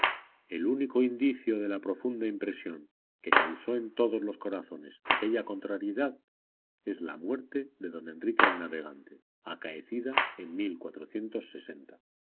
el único indicio de la profunda impresión que causó en todos los corazones aquella contrariedad es la muerte de don enrique el navegante acaecida en al